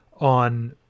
on